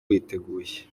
witeguye